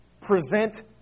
present